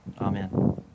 Amen